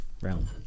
realm